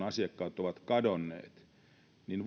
asiakkaat ovat kadonneet niin